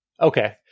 okay